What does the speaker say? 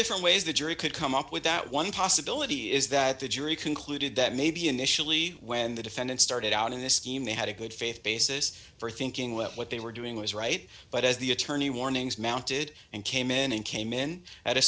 different ways the jury could come up with that one possibility is that the jury concluded that maybe initially when the defendant started out in this scheme they had a good faith basis for thinking that what they were doing was right but as the attorney warnings mounted and came in and came in at a